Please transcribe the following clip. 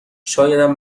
شایدم